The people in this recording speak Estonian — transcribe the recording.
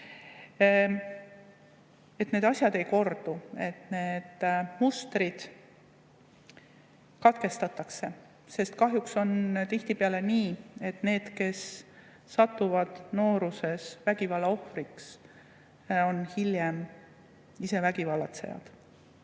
et need asjad ei kordu, et need mustrid katkestatakse. Sest kahjuks on tihtipeale nii, et need, kes satuvad nooruses vägivalla ohvriks, on hiljem ise vägivallatsejad.